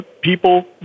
people